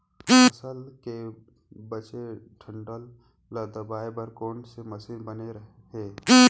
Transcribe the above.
फसल के बचे डंठल ल दबाये बर कोन से मशीन बने हे?